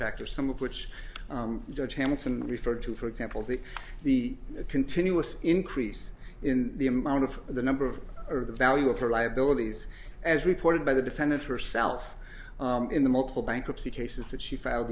factors some of which judge hamilton referred to for example the the continuous increase in the amount of the number of or the value of her liabilities as reported by the defendant herself in the multiple bankruptcy cases that she filed